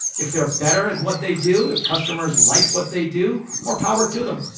if they're better at what they do, if customers like what they do, more power to them.